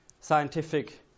scientific